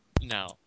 No